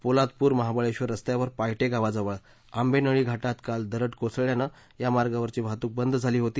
पोलादपूर महाबळेश्वर रस्त्यावर पायटे गावाजवळ आंबेनळी घाटात काल दरड कोसळल्यानं या मार्गावरची वाहतूक बंद झाली होती